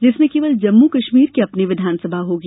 जिसमें केवल जम्मू कश्मीर की अपनी विधानसभा होगी